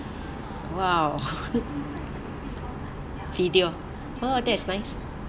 !wow! video oh that is nice